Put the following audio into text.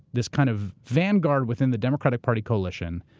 this kind of vanguard within the democratic party coalition.